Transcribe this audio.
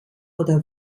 oder